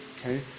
Okay